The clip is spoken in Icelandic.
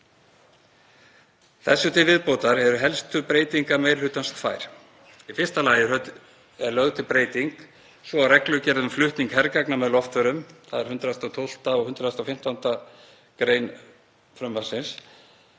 Þessu til viðbótar eru helstu breytingar meiri hlutans tvær. Í fyrsta lagi er lögð til breyting á reglugerð um flutning hergagna með loftförum, þ.e. 112. og 115. gr. frumvarpsins.